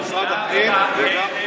גם משרד הפנים וגם,